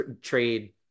trade